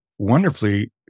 wonderfully